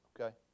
okay